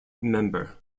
member